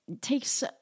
takes